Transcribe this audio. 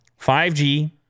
5G